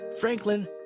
Franklin